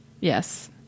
yes